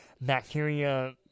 bacteria